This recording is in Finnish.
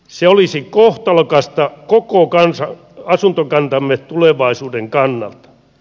se olisi kohtalokasta koko asuntokantamme tulevaisuuden kannalta